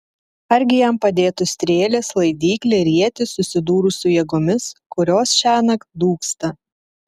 argi jam padėtų strėlės laidyklė ir ietis susidūrus su jėgomis kurios šiąnakt dūksta